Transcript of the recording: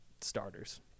starters